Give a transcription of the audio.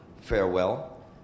Farewell